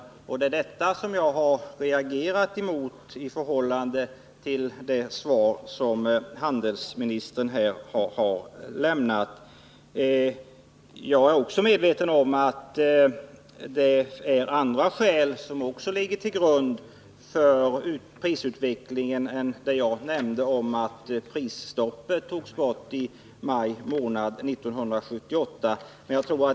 Det är detta i förhållande till det svar handelsministern här har lämnat som jag har reagerat mot. Jag är också medveten om att det finns andra skäl som ligger till grund för prisutvecklingen än det jag nämnde, alltså att prisstoppet togs bort i maj månad 1978.